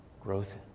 growth